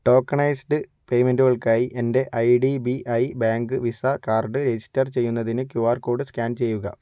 tokenised പേയ്മെൻറ്റുകൾക്കായി എൻ്റെ I D B I bank Visa card register ചെയ്യുന്നതിന് ക്യൂ ആർ കോഡ് സ്കാൻ ചെയ്യുക